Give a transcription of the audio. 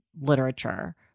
literature